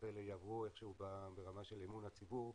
האלה יעברו איך שהוא ברמה של אמון הציבור,